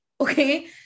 okay